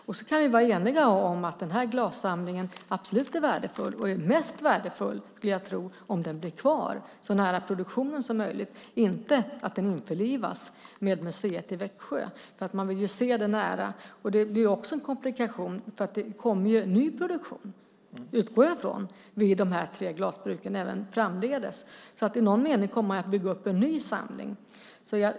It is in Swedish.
Vi kan vara eniga om att den här glassamlingen absolut är värdefull och att den är mest värdefull om den blir kvar så nära produktionen som möjligt, inte att den införlivas med museet i Växjö - man vill ju se den nära. Det är en komplikation att det kommer ny produktion, utgår jag från, vid de här tre glasbruken även framdeles, så i någon mening kommer man att bygga upp en ny samling.